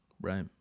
Right